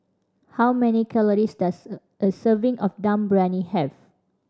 how many calories does a serving of Dum Briyani have